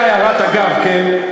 זו הייתה הערת אגב, כן.